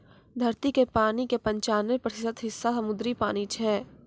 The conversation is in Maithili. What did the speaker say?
धरती के पानी के पंचानवे प्रतिशत हिस्सा समुद्री पानी छै